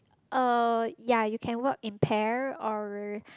uh yea you can work in pair or